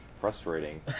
frustrating